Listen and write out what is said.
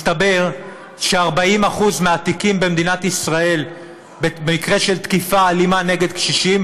מתברר ש-40% מהתיקים במדינת ישראל במקרה של תקיפה אלימה נגד קשישים,